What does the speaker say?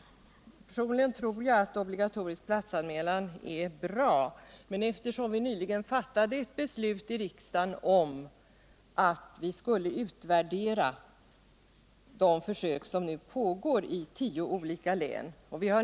Personligen tror jag att obligatorisk platsanmälan är bra, men vi har ju i riksdagen nyligen fattat ett beslut om att vi skall utvärdera de försök som nu pågår i tio olika län.